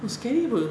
oh scary apa